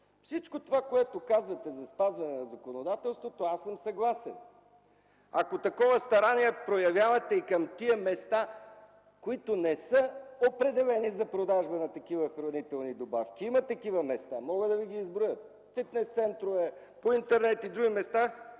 всичко това, което казвате, за спазване на законодателството, аз съм съгласен. Ако такова старание проявявате и към местата, които не са определени за продажба на такива хранителни добавки – има такива места, мога да Ви ги изброя: фитнес центрове, по интернет и други места,